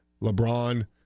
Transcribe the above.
LeBron